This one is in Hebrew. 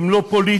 אם לא פוליטיים,